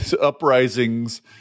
uprisings